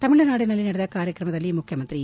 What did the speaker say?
ತಮಿಳುನಾಡಿನಲ್ಲಿ ನಡೆದ ಕಾರ್ಯಕ್ರಮದಲ್ಲಿ ಮುಖ್ಡಮಂತ್ರಿ ಇ